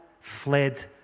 fled